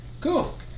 Cool